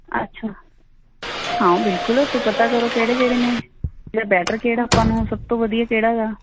ਅੱਛਾ ਹਾਂ ਬਿਲਕੁਲ ਫਿਰ ਪਤਾ ਕਰੋ ਕਿਹੜੇ ਕਿਹੜੇ ਨੇ ਜਾਂ ਬੈਟਰ ਕਿਹੜਾ ਆਪਾਂ ਨੂੰ ਸਭ ਤੋਂ ਵਧੀਆ ਕਿਹੜਾ ਗਾ